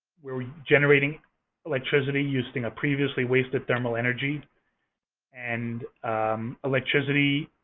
we're generating electricity using a previously wasted thermal energy and electricity